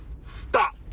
Stop